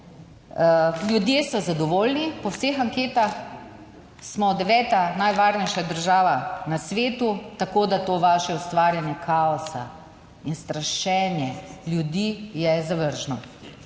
Ljudje so zadovoljni. Po vseh anketah smo deveta najvarnejša država na svetu, tako da to vaše ustvarjanje kaosa in strašenje ljudi je zavržno.